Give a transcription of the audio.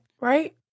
right